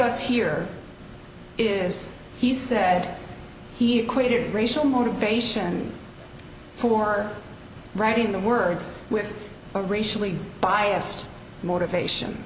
us here is he said he equated racial motivation for writing the words with a racially biased motivation